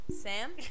sam